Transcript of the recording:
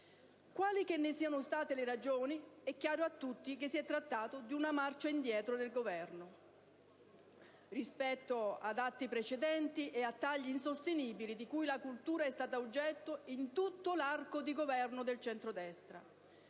Quali che ne siano state le ragioni, è chiaro a tutti che si è trattato di una marcia indietro rispetto ad atti precedenti e ai tagli insostenibili di cui la cultura è stata oggetto in tutto l'arco di governo del centro destra.